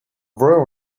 royal